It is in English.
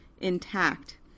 intact